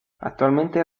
actualmente